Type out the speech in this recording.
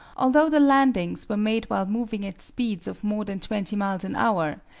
although the landings were made while moving at speeds of more than twenty miles an hour,